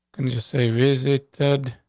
and just say visited?